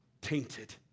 tainted